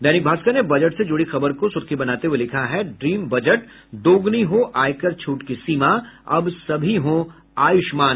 दैनिक भास्कर ने बजट से जुड़ी खबर को सुर्खी बनाते हये लिखा है ड्रीम बजट दोगुनी हो आयकर छूट की सीमा अब सभी हों आयुष्मान